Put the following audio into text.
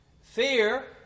Fear